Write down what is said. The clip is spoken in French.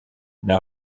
n’a